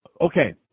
Okay